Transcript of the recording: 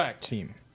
team